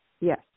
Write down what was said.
Yes